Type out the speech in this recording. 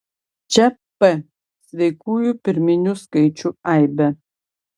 čia p sveikųjų pirminių skaičių aibė